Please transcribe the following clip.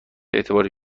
اعتباری